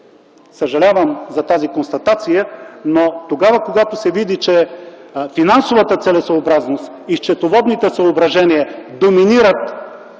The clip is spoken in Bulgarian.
Съжалявам за тази констатация, но тогава, когато се види, че финансовата целесъобразност и счетоводните съображения доминират